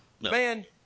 Man